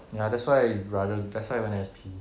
ya that's why I rather that's why I went S_P